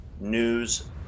news